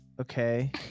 Okay